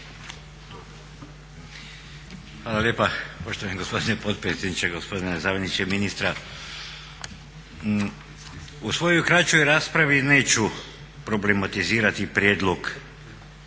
Hvala lijepa poštovani gospodine potpredsjedniče, gospodine zamjeniče ministra. U svojoj kraćoj raspravi neću problematizirati prijedlog